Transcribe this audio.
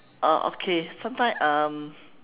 uh okay sometimes um